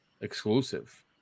exclusive